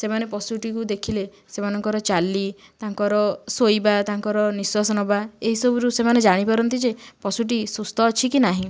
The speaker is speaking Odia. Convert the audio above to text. ସେମାନେ ପଶୁଟିକୁ ଦେଖିଲେ ସେମାନଙ୍କର ଚାଲି ତାଙ୍କର ଶୋଇବା ତାଙ୍କର ନିଃଶ୍ୱାସ ନେବା ଏହିସବୁରୁ ସେମାନେ ଜାଣିପାରନ୍ତି ଯେ ପଶୁଟି ସୁସ୍ଥ ଅଛି କି ନାହିଁ